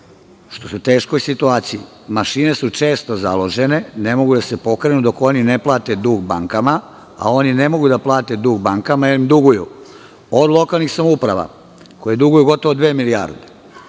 u teškoj situaciji. Mašine su često založene, ne mogu da se pokrenu dok oni ne plate dug bankama, a oni ne mogu da plate dug bankama jer im duguju, od lokalnih samouprava koje duguju gotovo dve milijarde,